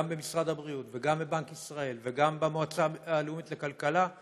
גם במשרד הבריאות וגם בבנק ישראל וגם במועצה הלאומית לכלכלה,